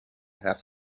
have